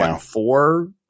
four